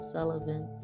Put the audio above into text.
Sullivan